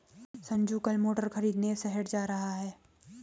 संजू कल मोटर खरीदने शहर जा रहा है